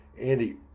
Andy